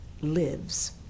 lives